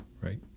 right